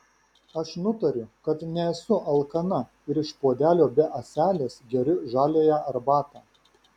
aš nutariu kad nesu alkana ir iš puodelio be ąselės geriu žaliąją arbatą